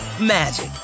magic